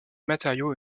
matériau